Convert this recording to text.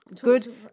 good